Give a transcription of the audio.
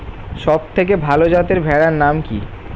সবথেকে ভালো যাতে ভেড়ার নাম কি?